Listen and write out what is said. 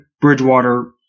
Bridgewater